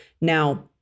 Now